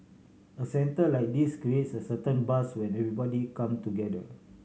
a centre like this creates a certain buzz when everybody come together